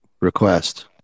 request